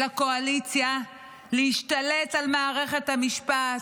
של הקואליציה להשתלט על מערכת המשפט,